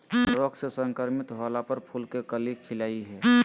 रोग से संक्रमित होला पर फूल के कली खिलई हई